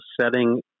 setting